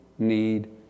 need